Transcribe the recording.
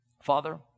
Father